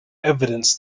evidence